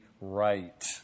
right